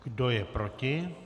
Kdo je proti?